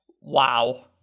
Wow